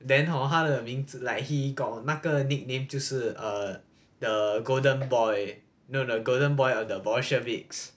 then hor 他的名字 like he got 那个 nickname 就是 err the golden boy no no golden boy of the bolsheviks